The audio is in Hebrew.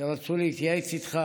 שרצו להתייעץ איתך